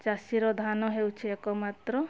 ଚାଷୀର ଧାନ ହେଉଛି ଏକମାତ୍ର